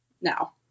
Now